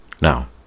Now